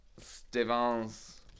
Stevens